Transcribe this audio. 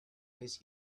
face